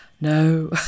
no